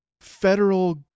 federal